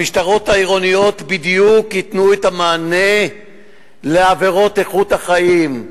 המשטרות העירוניות בדיוק ייתנו את המענה לעבירות איכות החיים,